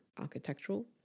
architectural